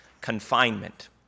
confinement